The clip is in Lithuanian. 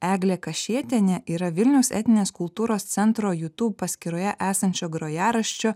eglė kašėtienė yra vilniaus etninės kultūros centro jutub paskyroje esančio grojaraščio